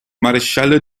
maresciallo